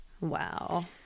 Wow